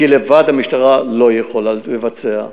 כי לבד המשטרה לא יכולה לבצע,